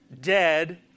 Dead